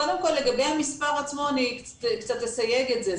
קודם כל לגבי המספר עצמו, אני קצת אסייג את זה.